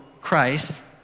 Christ